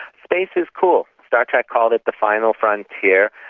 space is cool. star trek called it the final frontier.